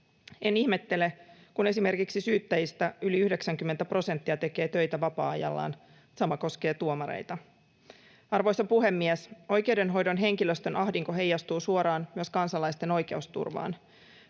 En ihmettele, kun esimerkiksi syyttäjistä yli 90 prosenttia tekee töitä vapaa-ajallaan. Sama koskee tuomareita. Arvoisa puhemies! Oikeudenhoidon henkilöstön ahdinko heijastuu suoraan myös kansalaisten oikeusturvaan.